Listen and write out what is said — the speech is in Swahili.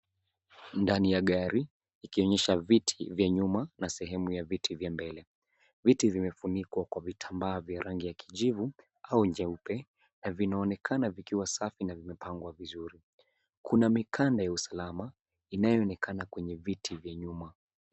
Ndani ya gari ikionyesha viti vya nyuma na sehemu ya viti vya mbele viti vimefunikwa kwa vitambaa vya rangi ya kijivu au jeupe na vinaonekana vikiwa safi na vimepangwa vizuri kuna mikanda ya usalama inayo onekana kwenye viti vya nyuma.